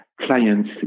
clients